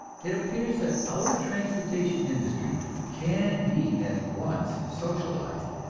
it appears that our transportation industry can be at once socialized,